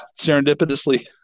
serendipitously